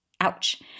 ouch